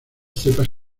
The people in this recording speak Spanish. cepas